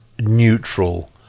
neutral